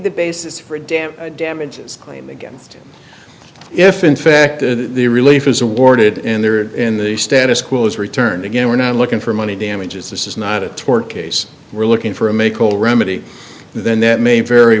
the basis for a damn damages claim against if in fact the relief is awarded and there in the status quo is returned again we're not looking for money damages this is not a tort case we're looking for a may call remedy then that may very